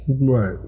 Right